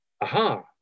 aha